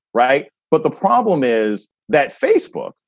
right? but the problem is that facebook.